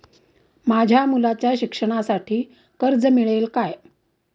माझ्या मुलाच्या शिक्षणासाठी कर्ज मिळेल काय?